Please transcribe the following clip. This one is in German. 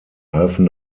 halfen